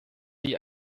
die